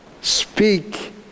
speak